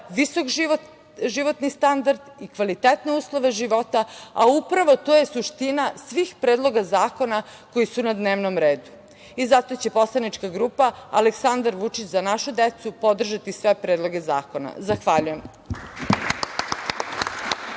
visok životni standard i kvalitetne uslove života, a upravo to je suština svih predloga zakona koji su na dnevnom redu. Zato će Poslanička grupa „Aleksandar Vučić – Za našu decu“ podržati sve predloge zakona. Zahvaljujem.